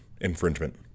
infringement